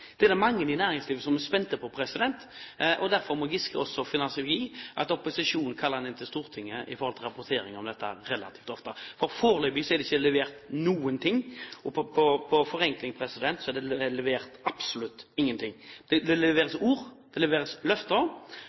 er spente på. Derfor må Giske også finne seg i at opposisjonen kaller ham inn til Stortinget i forhold til rapportering om dette relativt ofte. For foreløpig er det ikke levert noen ting. På forenkling er det levert absolutt ingen ting. Det leveres ord, det leveres løfter.